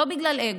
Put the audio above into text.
לא בגלל אגו,